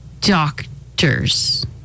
doctors